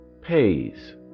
pays